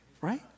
Right